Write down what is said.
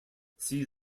see